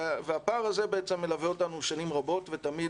והפער הזה מלווה אותנו ש נים רבות ותמיד